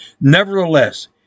Nevertheless